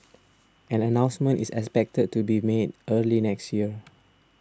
an announcement is expected to be made early next year